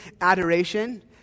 adoration